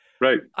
Right